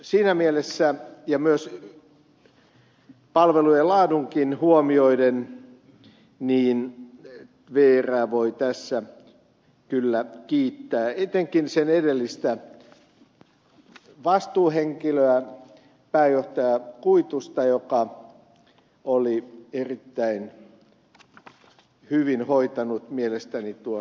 siinä mielessä ja myös palvelujen laatukin huomioiden vrää voi tässä kyllä kiittää etenkin sen edellistä vastuuhenkilöä pääjohtaja kuitusta joka oli erittäin hyvin hoitanut mielestäni tuon työnsä